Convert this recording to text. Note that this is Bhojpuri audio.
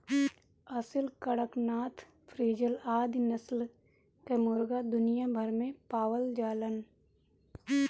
असिल, कड़कनाथ, फ्रीजल आदि नस्ल कअ मुर्गा दुनिया भर में पावल जालन